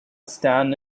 stand